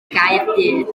gaerdydd